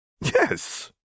Yes